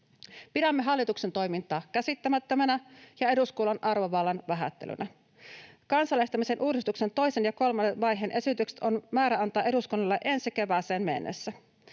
Pidämme hallituksen toimintaa käsittämättömänä ja eduskunnan arvovallan vähättelynä. Kansalaistamisen uudistuksen toisen ja kolmannen vaiheen esitykset on määrä antaa eduskunnalle ensi kevääseen mennessä.